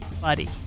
buddy